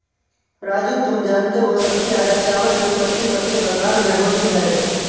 राजू तुम जानते हो सबसे ज्यादा चावल की उत्पत्ति पश्चिम बंगाल में होती है